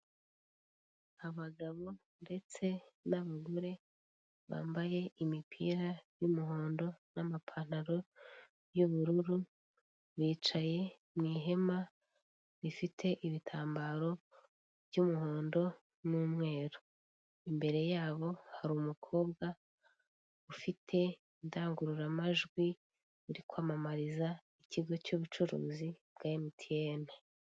Abagabo ndetse n'abagore bambaye imipira y'umuhondo n'amapantaro y'ubururu, bicaye mu ihema rifite ibitambaro by'umuhondo n'umweru. Imbere yabo hari umukobwa ufite indangururamajwi, uri kwamamariza ikigo cy'ubucuruzi bwa mtn.